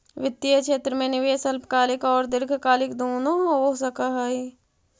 वित्तीय क्षेत्र में निवेश अल्पकालिक औउर दीर्घकालिक दुनो हो सकऽ हई